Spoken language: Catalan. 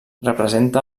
representa